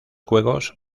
juegos